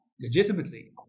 legitimately